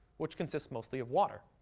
which consists mostly of water.